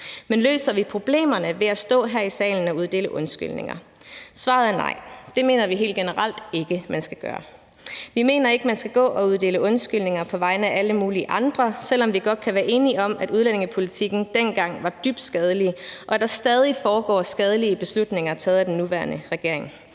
Men løser vi problemerne ved at stå her i salen og uddele undskyldninger? Svaret er nej. Det mener vi helt generelt ikke man skal gøre. Vi mener ikke, man skal gå og uddele undskyldninger på vegne af alle mulige andre, selv om vi godt kan være enige om, at udlændingepolitikken dengang var dybt skadelig, og at der stadig foregår skadelige beslutninger taget af den nuværende regering.